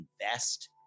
invest